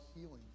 healing